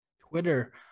Twitter